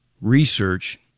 research